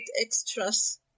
extras